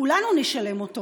כולנו נשלם אותו